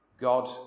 God